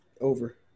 Over